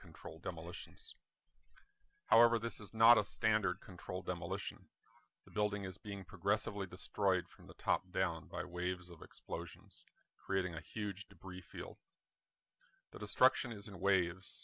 controlled demolitions however this is not a standard controlled demolition the building is being progressive really destroyed from the top down by waves of explosions creating a huge debris field the destruction is in a way i